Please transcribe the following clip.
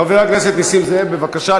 חבר הכנסת נסים זאב, בבקשה.